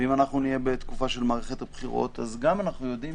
ואם נהיה בתקופת מערכת בחירות, אנחנו יודעים